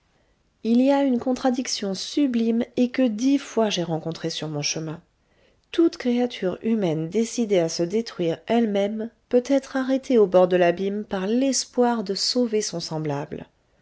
il y a une contradiction sublime et que dix fois j'ai rencontrée sur mon chemin toute créature humaine décidée à se détruire elle-même peut être arrêtée au bord de l'abîme par l'espoir de sauver son semblable